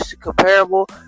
comparable